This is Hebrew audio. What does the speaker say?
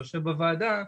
שיושב בוועדה,